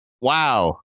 Wow